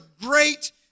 great